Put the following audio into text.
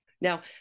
Now